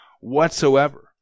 whatsoever